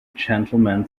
gentlemen